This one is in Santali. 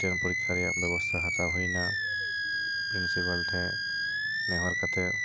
ᱢᱤᱫᱴᱮᱱ ᱯᱚᱨᱤᱠᱷᱟ ᱨᱮᱭᱟᱜ ᱵᱮᱵᱚᱥᱛᱟ ᱦᱟᱛᱟᱣ ᱦᱩᱭ ᱮᱱᱟ ᱯᱨᱤᱱᱥᱤᱯᱟᱞ ᱴᱷᱮᱱ ᱱᱮᱦᱚᱨ ᱠᱟᱛᱮ